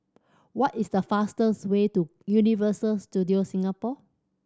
what is the fastest way to Universal Studios Singapore